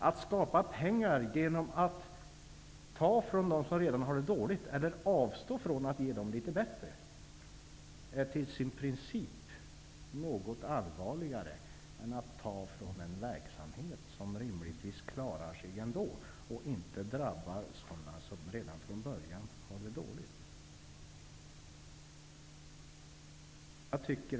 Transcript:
Att skapa pengar genom att ta från dem som redan har det dåligt eller att avstå från att se till att de får det litet bättre är som princip något allvarligare än att ta från en verksamhet som rimligtvis ändå klarar sig och som inte drabbar dem som redan från början har det dåligt.